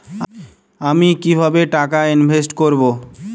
আমি কিভাবে টাকা ইনভেস্ট করব?